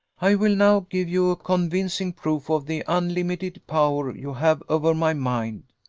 i will now give you a convincing proof of the unlimited power you have over my mind.